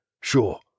sure